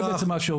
זה מה שעושים.